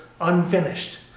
unfinished